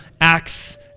acts